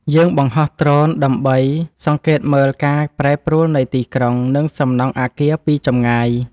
យើងបង្ហោះដ្រូនដើម្បីសង្កេតមើលការប្រែប្រួលនៃទីក្រុង និងសំណង់អាគារពីចម្ងាយ។